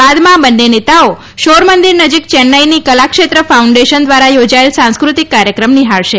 બાદમાં બંને નેતાઓ શોર મંદિર નજીક ચેન્નાઈની કલા ક્ષેત્ર ફાઉન્ડેશન દ્વારા યોજાયેલ સાંસ્ક્રતિક કાર્યક્રમ નિહાળશે